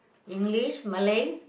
English Malay